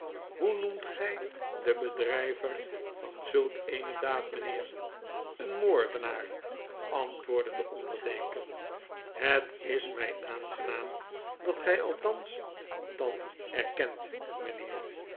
hoe noemt gg den bedrijver van zulk eene daad mpheer een moordenaar antwoordde de onderdeken het is mg aangenaam dat gg althans dat erkent mpheer